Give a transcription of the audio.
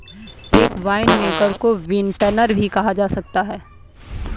एक वाइनमेकर को विंटनर भी कहा जा सकता है